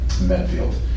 Medfield